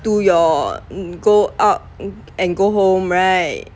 to your go out and go home right